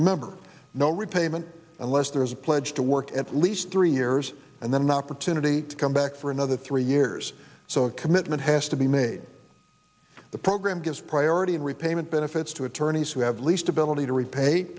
remember no repayment unless there is a pledge to work at least three years and then the opportunity to come back for another three years so a commitment has to be made the program gives priority and repayment benefits to attorneys who have least ability to repay